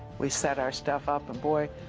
we set our stuff up, and, boy,